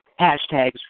hashtags